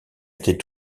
était